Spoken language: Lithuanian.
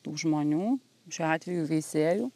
tų žmonių šiuo atveju veisėjų